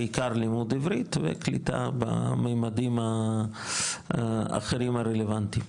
בעיקר לימוד עברית וקליטה בממדים האחרים הרלוונטיים.